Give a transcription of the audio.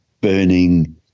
burning